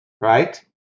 right